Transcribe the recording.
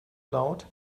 laut